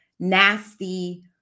nasty